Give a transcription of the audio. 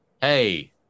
hey